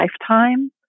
lifetime